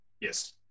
Yes